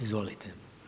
Izvolite!